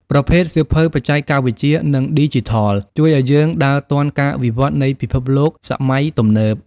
ប្រភេទសៀវភៅបច្ចេកវិទ្យា និងឌីជីថល ជួយឱ្យយើងដើរទាន់ការវិវឌ្ឍនៃពិភពលោកសម័យទំនើប។